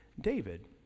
David